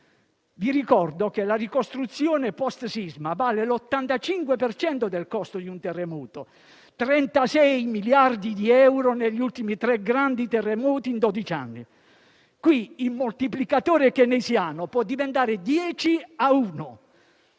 Vi ricordo che la ricostruzione *post* sisma vale l'85 per cento del costo di un terremoto: 36 miliardi di euro negli ultimi tre grandi terremoti in dodici anni. Qui il moltiplicatore keynesiano può diventare dieci